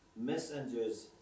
messengers